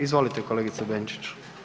Izvolite kolegice Benčić.